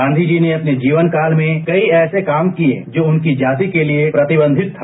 गांधीजी ने अपने जीवन काल में कई ऐसे काम किए जो उनकी जाति के लिए प्रतिबंधित था